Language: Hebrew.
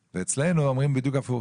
ואצלנו אומרים בדיוק את ההפך.